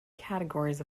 categories